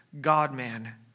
God-man